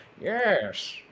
Yes